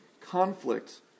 Conflict